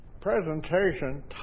presentation